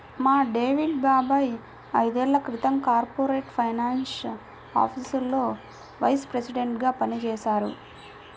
మా డేవిడ్ బాబాయ్ ఐదేళ్ళ క్రితం కార్పొరేట్ ఫైనాన్స్ ఆఫీసులో వైస్ ప్రెసిడెంట్గా పనిజేశారు